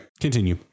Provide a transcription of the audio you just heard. continue